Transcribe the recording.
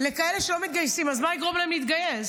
לכאלה שלא מתגייסים, אז מה יגרום להם להתגייס?